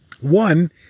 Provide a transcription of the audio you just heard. one